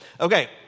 Okay